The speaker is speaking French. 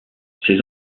ses